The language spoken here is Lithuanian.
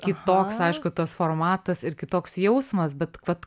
kitoks aišku tas formatas ir kitoks jausmas bet vat